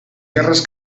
guerres